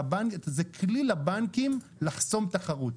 וזה כלי לבנקים לחסום תחרות.